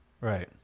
Right